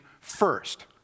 first